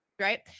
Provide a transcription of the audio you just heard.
Right